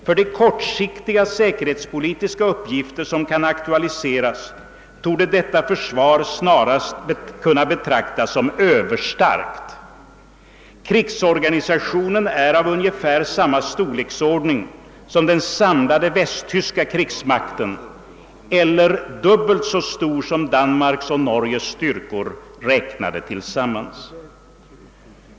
För de kortsiktiga säkerhetspolitiska uppgifter som kan aktualiseras torde detta försvar snarast kunna betraktas som överstarkt. Krigsorganisationen är av ungefär samma storleksordning som den samlade västtyska krigsmakten eller dubbelt så stor som Danmarks och Norges styrkor räknade tillsammans».